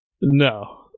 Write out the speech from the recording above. No